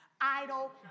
Idle